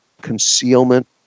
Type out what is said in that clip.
concealment